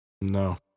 No